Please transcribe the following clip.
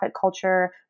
culture